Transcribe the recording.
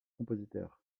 compositeurs